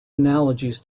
analogies